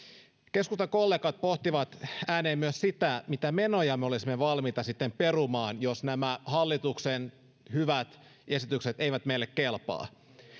keskustan kollegat pohtivat ääneen myös mitä menoja me olisimme valmiita sitten perumaan jos nämä hallituksen hyvät esitykset eivät meille kelpaa